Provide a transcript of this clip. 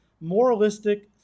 moralistic